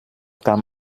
kam